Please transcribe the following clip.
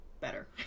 better